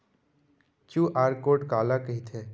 QR code काला कहिथे?